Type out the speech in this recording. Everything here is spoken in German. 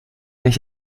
nicht